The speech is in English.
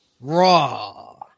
Raw